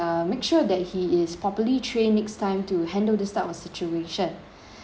uh make sure that he is properly trained next time to handle this type of situation